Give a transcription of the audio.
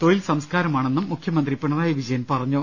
തൊഴിൽ സംസ്കാരമാണെന്നും മുഖ്യമന്ത്രി പിണറായി വിജയൻ പറഞ്ഞു